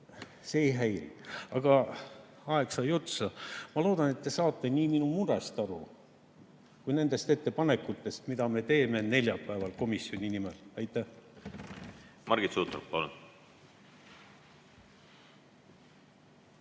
See ei häiri. Aga aeg sai otsa. Ma loodan, et te saate aru nii minu murest kui nendest ettepanekutest, mis me teeme neljapäeval komisjoni nimel. Aitäh! Margit Sutrop, palun!